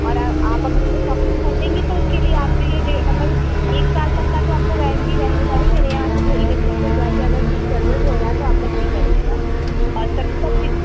और आप अगर मेरे साॅप से ख़रीदेंगी तो उसके लिए आपके लिए मतलब एक साल तक का तो आपको वैरेंटी रहेगा ही मेरे यहाँ से जो इलेक्ट्रीसियन जा कर अगर कुछ गड़ बड़ भी हो रहा है तो आपका सही कर देगा सत्तर से